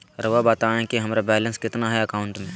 रहुआ बताएं कि हमारा बैलेंस कितना है अकाउंट में?